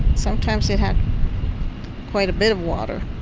sometimes it had quite a bit of water